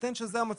בהינתן שזה המצב,